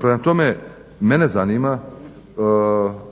Prema tome, mene zanima